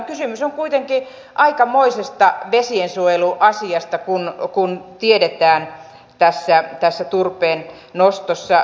kysymys on kuitenkin aikamoisesta vesiensuojeluasiasta niin kuin tiedetään tässä turpeennostossa